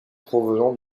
provenant